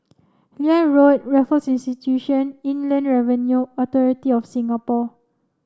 Liane Road Raffles Institution Inland Revenue Authority of Singapore